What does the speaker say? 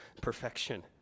perfection